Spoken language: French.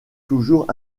toujours